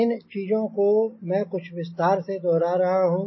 इन चीजों को मैं कुछ विस्तार से दोहरा रहा हूंँ